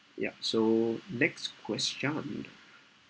ya so next question